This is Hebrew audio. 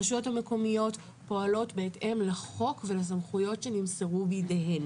הרשויות המקומיות פועלות בהתאם לחוק ולסמכויות שנמסרו בידיהן.